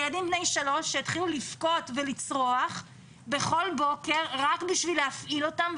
ילדים בני שלוש שיתחילו לבכות ולצרוח בכל בוקר רק בשביל להפעיל אותם?